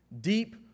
deep